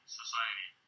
society